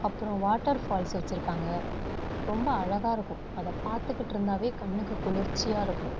அப்புறோம் வாட்டர்ஃபால்ஸ் வச்சுருக்காங்க ரொம்ப அழகாக இருக்கும் அதை பார்த்துக்கிட்ருந்தாவே கண்ணுக்கு குளிர்ச்சியாக இருக்கும்